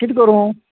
कित करूं